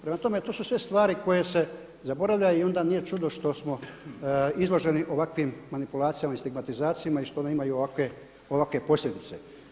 Prema tome, to su sve stvari koje se zaboravljaju i onda nije čudo što smo izloženi ovakvim manipulacijama i stigmatizacijama i što ona ima i ovakve posljedice.